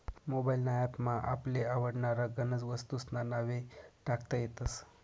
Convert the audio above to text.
mobile ना app मा आपले आवडनारा गनज वस्तूंस्ना नावे टाकता येतस